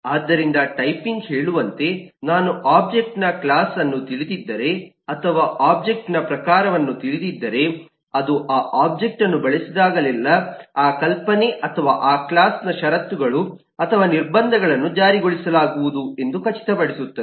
ಆದ್ದರಿಂದ ಟೈಪಿಂಗ್ ಹೇಳುವಂತೆ ನಾನು ಒಬ್ಜೆಕ್ಟ್ನ ಕ್ಲಾಸ್ ಅನ್ನು ತಿಳಿದಿದ್ದರೆ ಅಥವಾ ಒಬ್ಜೆಕ್ಟ್ನ ಪ್ರಕಾರವನ್ನು ತಿಳಿದಿದ್ದರೆ ಅದು ಆ ಒಬ್ಜೆಕ್ಟ್ ಅನ್ನು ಬಳಸಿದಾಗಲೆಲ್ಲಾ ಆ ಕಲ್ಪನೆ ಅಥವಾ ಆ ಕ್ಲಾಸ್ನ ಷರತ್ತುಗಳು ಅಥವಾ ನಿರ್ಬಂಧಗಳನ್ನು ಜಾರಿಗೊಳಿಸಲಾಗುವುದು ಎಂದು ಖಚಿತಪಡಿಸುತ್ತದೆ